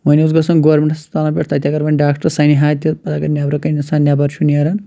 وۄنۍ اوس گژھان گورمیٚنٛٹ ہَسپتالَن پٮ۪ٹھ تَتہِ اَگر وۄنۍ ڈاکٹر سَنہِ ہا تہِ پتہٕ اَگر نیٚبرٕکٔنۍ اِنسان نیٚبَر چھُ نیران